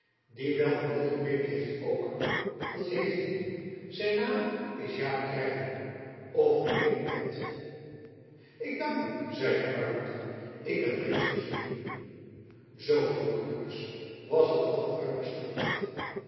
die wat een nette pink heit ook dat heit ie zijn naim is jaip krijnen of men heir hem kent ik dank u zeide arlington ik ben reeds voorzien zoo vroeg joris was t al vooruit besteld